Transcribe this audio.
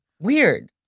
Weird